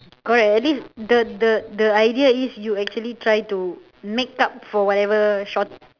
correct at least the the the idea is you actually try to make up for whatever short